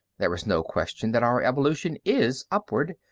there is no question that our evolution is upward,